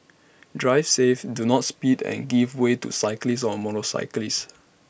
drive safe do not speed and give way to cyclists or motorcyclists